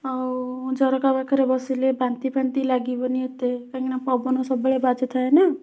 ଆଉ ଝରକା ପାଖରେ ବସିଲେ ବାନ୍ତିଫାନ୍ତି ଲାଗିବନି ଏତେ କାହିଁକିନା ପବନ ସବୁବେଳେ ବାଜୁଥାଏ ନା